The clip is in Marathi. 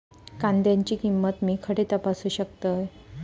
कांद्याची किंमत मी खडे तपासू शकतय?